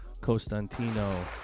costantino